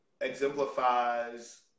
exemplifies